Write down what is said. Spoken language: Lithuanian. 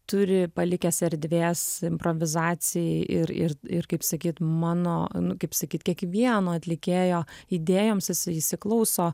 turi palikęs erdvės improvizacijai ir ir ir kaip sakyt mano nu kaip sakyt kiekvieno atlikėjo idėjoms jis įsiklauso